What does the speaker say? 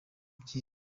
byiza